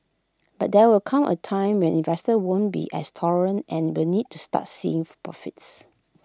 but there will come A time when investors won't be as tolerant and will need to start seeing if profits